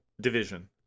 division